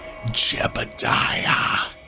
Jebediah